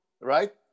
right